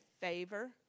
favor